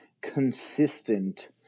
consistent